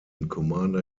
commander